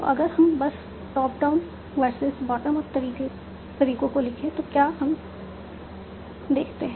तो अगर हम बस top down versus bottom up तरीकों को लिखें तो हम क्या देखते हैं